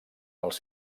els